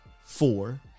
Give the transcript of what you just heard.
four